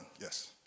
Yes